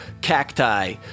cacti